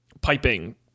piping